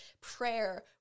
prayer